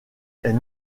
est